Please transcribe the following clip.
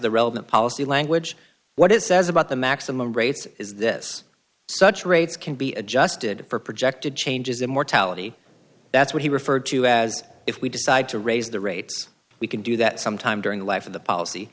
the relevant policy language what it says about the maximum rates is this such rates can be adjusted for projected changes in mortality that's what he referred to as if we decide to raise the rates we can do that sometime during the life of the policy